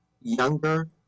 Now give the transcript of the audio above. younger